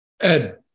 Ed